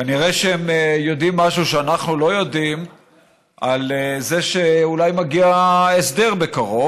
כנראה הם יודעים משהו שאנחנו לא יודעים על זה שאולי מגיע הסדר בקרוב,